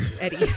eddie